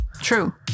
True